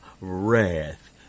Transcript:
wrath